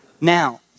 Now